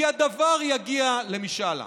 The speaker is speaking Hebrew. כי הדבר יגיע למשאל עם.